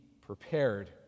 prepared